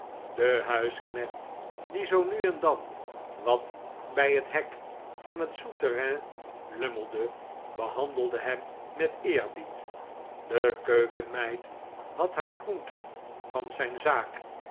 de huisknecht die zoo nu en dan wat bij het hek van het souterrein lummelde behandelde hem met eerbied de keukenmeid had haar groenten van zijn zaak